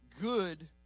good